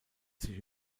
sich